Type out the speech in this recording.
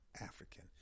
African